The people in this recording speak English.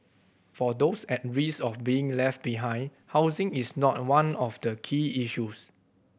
for those at risk of being left behind housing is not one of the key issues